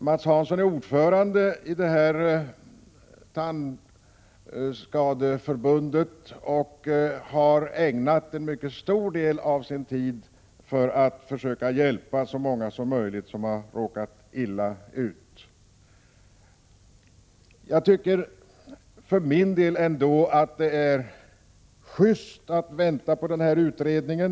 Mats Hanson är ordförande i Tandvårdsskadeförbundet och har ägnat en mycket stor del av sin tid åt att försöka hjälpa så många som möjligt av dem som råkat illa ut. För min del tycker jag att det är schyst att vänta på utredningen.